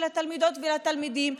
של התלמידות והתלמידים.